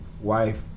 wife